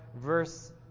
verse